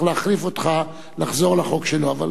(תיקון),